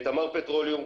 תמר פטרוליום,